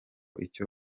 icyo